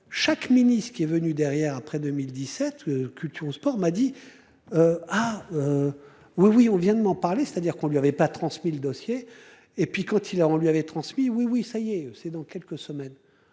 chaque ministre qui est venu derrière après 2017, culture, sport m'a dit. Ah. Oui, oui, on vient de m'en parler. C'est-à-dire qu'on lui avait pas transmis le dossier et puis quand il a, on lui avait transmis oui oui ça lui et c'est dans quelques semaines,